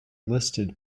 listed